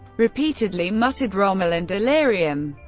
repeatedly muttered rommel in delirium.